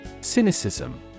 Cynicism